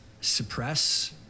suppress